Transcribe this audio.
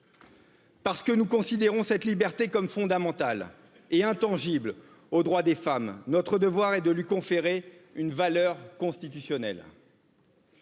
Parce que nous considérons cette liberté comme fondamentale et intangible aux droits des femmes, notre devoir est de lui conférer une valeur constitutionnelle.